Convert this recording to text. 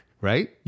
Right